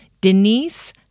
Denise